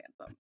anthem